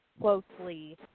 closely